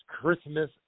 Christmas